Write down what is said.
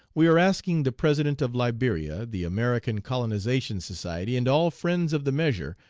we are asking the president of liberia, the american colonization society, and all friends of the measure,